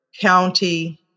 county